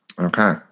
okay